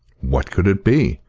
what could it be?